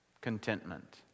Contentment